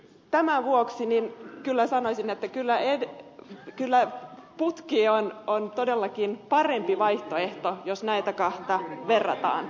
tämän vuoksi kyllä sanoisin että kyllä putki on todellakin parempi vaihtoehto jos näitä kahta verrataan